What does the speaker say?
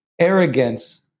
arrogance